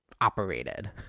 operated